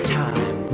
time